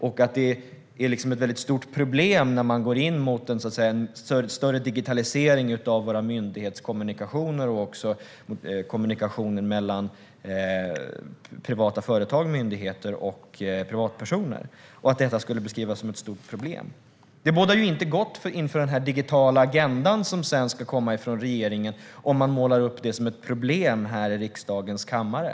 Det beskrivs som ett stort problem när man går in för en större digitalisering av våra myndighetskommunikationer och kommunikationen mellan privata företag, myndigheter och privatpersoner. Det bådar inte gott för regeringens digitala agenda om man målar upp detta som ett problem i riksdagens kammare.